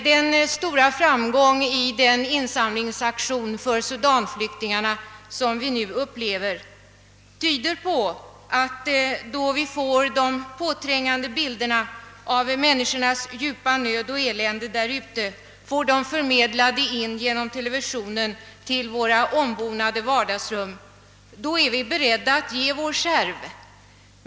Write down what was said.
Den stora framgången för den insamlingsaktion för sudanflyktingarna som vi nu upplever tyder på att om de påträngande bilderna av människornas djupa nöd och elände förmedlas genom TV till våra ombonade vardagsrum, så är vi beredda att ge vår skärv.